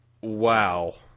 Wow